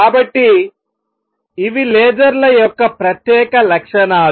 కాబట్టి ఇవి లేజర్ల యొక్క ప్రత్యేక లక్షణాలు